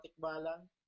Tikbalang